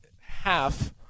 half